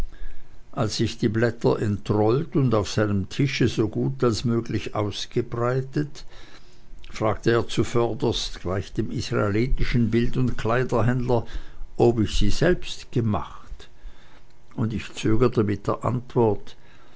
als ich die blätter entrollt und auf seinem tische so gut als möglich ausgebreitet fragte er zuvörderst gleich dem israelitischen bild und kleiderhändler ob ich sie selbst gemacht und ich zögerte mit der antwort